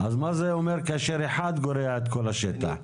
אז מה זה אומר כאשר אחד גורע את כל השטח?